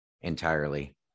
entirely